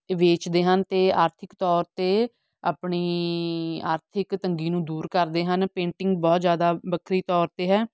ਵੇਚਦੇ ਹਨ ਅਤੇ ਆਰਥਿਕ ਤੌਰ 'ਤੇ ਆਪਣੀ ਆਰਥਿਕ ਤੰਗੀ ਨੂੰ ਦੂਰ ਕਰਦੇ ਹਨ ਪੇਂਟਿੰਗ ਬਹੁਤ ਜ਼ਿਆਦਾ ਵੱਖਰੀ ਤੌਰ 'ਤੇ ਹੈ